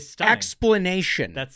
explanation